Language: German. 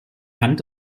hand